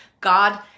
God